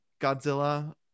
Godzilla